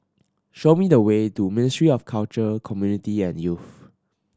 show me the way to Ministry of Culture Community and Youth